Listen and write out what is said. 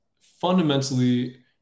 fundamentally